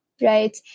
right